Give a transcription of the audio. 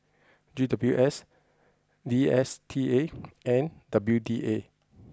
C W S D S T A and W D A